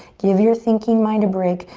give your thinking mind a break,